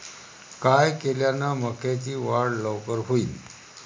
काय केल्यान मक्याची वाढ लवकर होईन?